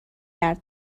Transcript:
کرد